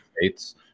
States